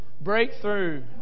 breakthrough